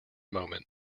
moment